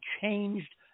changed